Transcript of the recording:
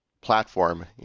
platform